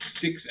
six